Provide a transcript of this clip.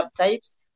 subtypes